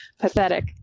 pathetic